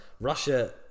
Russia